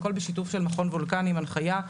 הכל בשיתוף של מכון וולקני עם הנחיה,